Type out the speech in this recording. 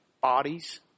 bodies